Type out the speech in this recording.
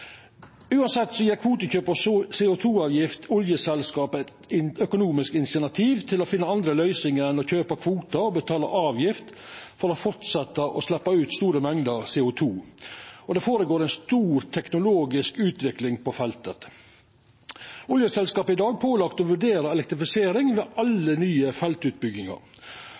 Uansett gjev kvotekjøp og CO 2 -avgift oljeselskapa eit økonomisk insentiv til å finna andre løysingar enn å kjøpa kvoter og betala avgift for å fortsetja med å sleppa ut store mengder CO 2 , og det føregår ei stor teknologisk utvikling på feltet. Oljeselskapa er i dag pålagde å vurdera elektrifisering ved alle nye feltutbyggingar.